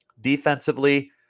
Defensively